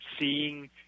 seeing